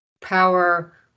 Power